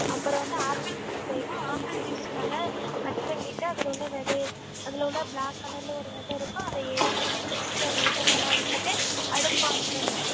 அப்புறம் வந்து apple juice apple juice நல்ல கட் பண்ணிட்டு அதில் உள்ள விதைய அதில் உள்ள பிளாக் கலரில் ஒரு வெதை இருக்கும் அதை எடுத்துட்டு மிக்ஸி ஜாரில் விட்டு நல்லா அடிச்சுட்டு அடுப்பை ஆன் பண்ணி